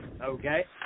Okay